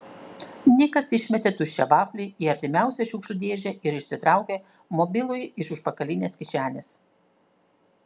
nikas išmetė tuščią vaflį į artimiausią šiukšlių dėžę ir išsitraukė mobilųjį iš užpakalinės kišenės